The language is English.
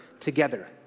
together